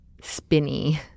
spinny